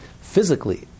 Physically